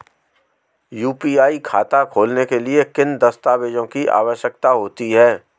UPI खाता खोलने के लिए किन दस्तावेज़ों की आवश्यकता होती है?